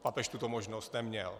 Papež tuto možnost neměl.